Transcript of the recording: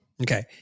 Okay